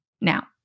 now